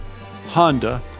Honda